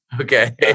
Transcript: Okay